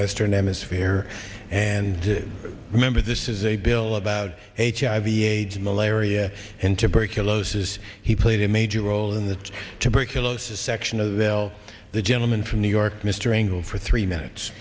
western hemisphere and remember this is a bill about h i v age malaria and tuberculosis he played a major role in this tuberculosis section of bill the gentleman from new york mr ingle for three minutes